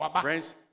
friends